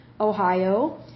Ohio